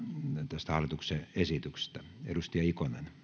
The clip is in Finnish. tästä hallituksen esityksestä